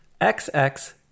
xx